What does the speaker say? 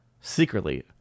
secretly